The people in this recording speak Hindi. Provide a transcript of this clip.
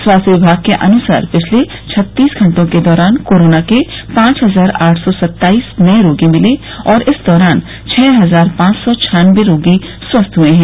स्वास्थ्य विभाग के अनुसार पिछले छत्तीस घंटों के दौरान कोरोना के पांच हजार आठ सौ सत्ताईस नए रोगी मिले और इस दौरान छ हजार पांच सौ छान्नबे रोगी स्वस्थ हुए हैं